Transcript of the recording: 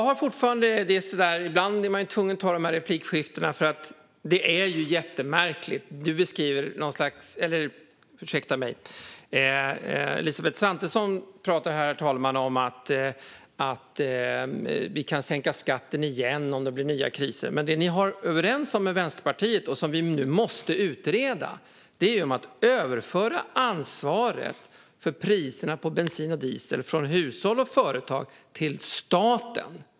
Herr talman! Ibland är man tvungen att ta de här replikskiftena. Det är ju jättemärkligt. Elisabeth Svantesson pratar här om att vi kan sänka skatten igen om det blir nya kriser. Men det Moderaterna är överens med Vänsterpartiet om, som vi nu måste utreda, handlar om att överföra ansvaret för priserna på bensin och diesel från hushåll och företag till staten.